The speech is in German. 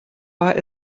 war